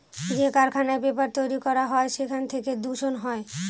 যে কারখানায় পেপার তৈরী করা হয় সেখান থেকে দূষণ হয়